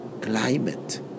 climate